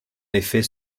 effet